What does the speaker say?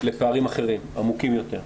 לפערים אחרים, עמוקים יותר.